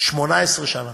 18 שנה.